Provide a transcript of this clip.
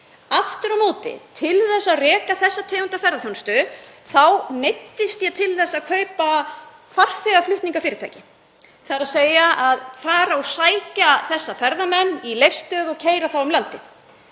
Aftur á móti til að reka þessa tegund af ferðaþjónustu neyddist ég til að kaupa farþegaflutningafyrirtæki, þ.e. til að fara og sækja þessa ferðamenn í Leifsstöð og keyra þá um landið.